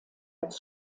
als